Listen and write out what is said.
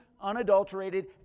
unadulterated